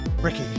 Ricky